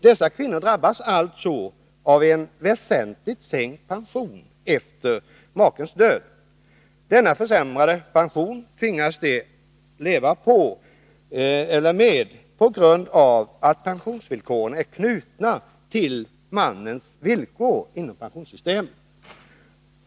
Dessa kvinnor drabbas alltså av en väsentligt sänkt pension efter makens död. Denna försämrade pension tvingas de leva med på grund av att pensionsvillkoren är knutna till mannens villkor inom pensionssystemet.